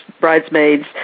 bridesmaids